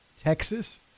Texas